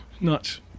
Nuts